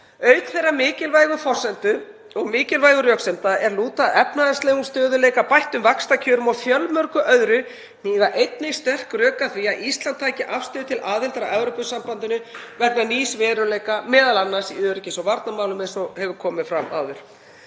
Auk þeirrar mikilvægu forsendu og mikilvægu röksemda er lúta að efnahagslegum stöðugleika, bættum vaxtakjörum og fjölmörgu öðru hníga einnig sterk rök að því að Ísland taki afstöðu til aðildar að Evrópusambandinu vegna nýs veruleika, m.a. í öryggis- og varnarmálum eins og hefur komið fram áður.